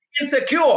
insecure